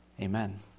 Amen